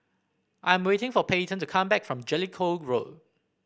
I'm waiting for Payton to come back from Jellicoe Road